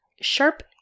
sharp